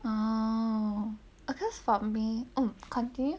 and a cause for me or country